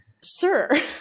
sir